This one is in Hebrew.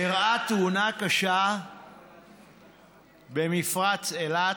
אירעה תאונה קשה במפרץ אילת,